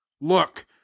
Look